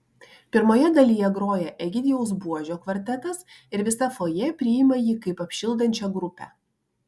pirmoje dalyje groja egidijaus buožio kvartetas ir visa fojė priima jį kaip apšildančią grupę